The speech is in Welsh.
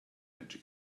medru